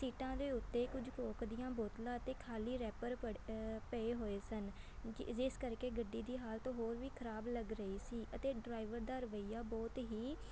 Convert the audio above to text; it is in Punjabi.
ਸੀਟਾਂ ਦੇ ਉੱਤੇ ਕੁਝ ਕੋਕ ਦੀਆਂ ਬੋਤਲਾਂ ਅਤੇ ਖਾਲੀ ਰੈਪਰ ਪੜੇ ਪਏ ਹੋਏ ਸਨ ਜਿ ਜਿਸ ਕਰਕੇ ਗੱਡੀ ਦੀ ਹਾਲਤ ਹੋਰ ਵੀ ਖਰਾਬ ਲੱਗ ਰਹੀ ਸੀ ਅਤੇ ਡਰਾਈਵਰ ਦਾ ਰਵੱਈਆ ਬਹੁਤ ਹੀ